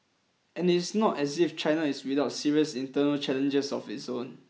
and it is not as if China is without serious internal challenges of its own